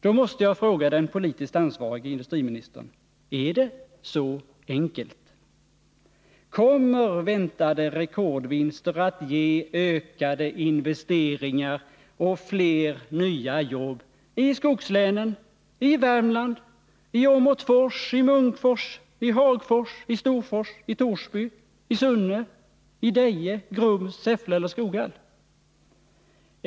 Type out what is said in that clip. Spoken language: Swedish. Då måste jag fråga den politiskt ansvarige industriministern: Är det så enkelt? Kommer väntade rekordvinster att ge ökade investeringar och fler nya jobb i skogslänen, i Värmland, Åmotfors, Munkfors, Hagfors, Storfors, Torsby, Sunne, Deje, Grums, Säffle eller Skoghall?